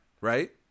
right